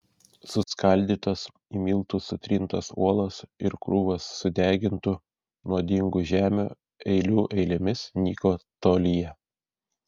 suskaldytos į miltus sutrintos uolos ir krūvos sudegintų nuodingų žemių eilių eilėmis nyko tolyje